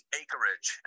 acreage